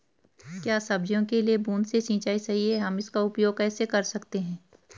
क्या सब्जियों के लिए बूँद से सिंचाई सही है हम इसका उपयोग कैसे कर सकते हैं?